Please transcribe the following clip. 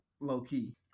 low-key